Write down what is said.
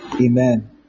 Amen